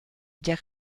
der